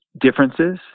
differences